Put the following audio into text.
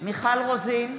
בהצבעה מיכל רוזין,